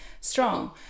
strong